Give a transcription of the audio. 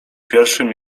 pierwszym